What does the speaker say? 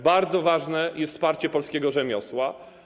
Bardzo ważne jest wsparcie polskiego rzemiosła.